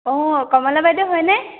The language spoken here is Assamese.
অঁ কমলা বাইদেউ হয়নে